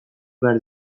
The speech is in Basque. behar